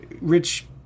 rich